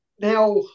now